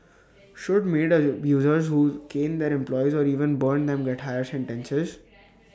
should maid abusers who cane their employees or even burn them get higher sentences